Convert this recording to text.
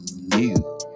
new